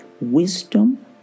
wisdom